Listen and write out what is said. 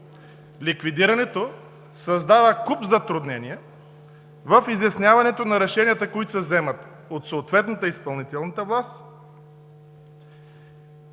Ликвидирането създава куп затруднения в изясняването на решенията, които се вземат от съответната изпълнителна власт,